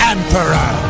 Emperor